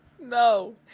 no